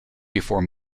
before